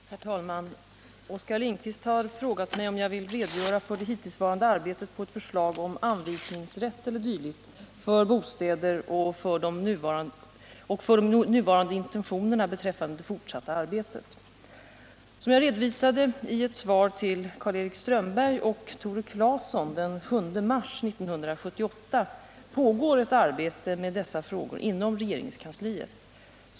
Herr talman! Oskar Lindkvist har frågat mig om jag vill redogöra för det hittillsvarande arbetet på ett förslag om anvisningsrätt e. d. för bostäder och för de nuvarande intentionerna beträffande det fortsatta arbetet. Som jag redovisade i ett svar till Karl-Erik Strömberg och Tore Claeson den 7 mars 1978 pågår ett arbete med dessa frågor inom regeringskansliet.